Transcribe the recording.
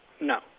no